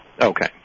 Okay